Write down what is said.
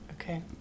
Okay